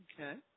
Okay